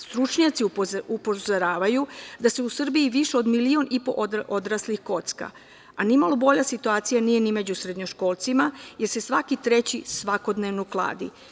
Stručnjaci upozoravaju da se u Srbiji više od milion i po odraslih kocka, a nimalo bolja situacija nije ni među srednjoškolcima, jer se svaki treći svakodnevno kladi.